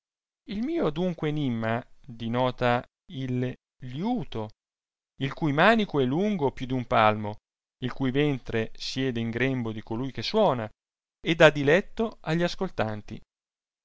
il mio adunque enimma dinota il liuto il cui manico è lungo più d'un palmo il cui ventre siede in grembo di colui che suona e dà diletto a gli ascoltanti